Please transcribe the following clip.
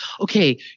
okay